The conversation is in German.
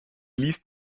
liest